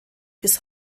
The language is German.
bis